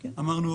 אמרנו,